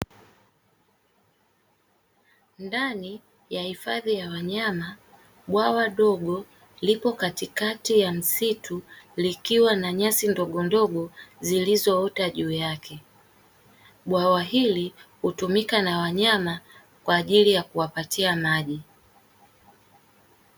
Ndani ya hifadhi ya wanyama, bwawa dogo lipo katikati ya msitu; likiwa na nyasi ndogondogo zilizoota juu yake. Bwawa hili hutumika na wanyama kwa ajili ya kuwapatia maji.